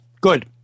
Good